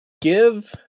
Give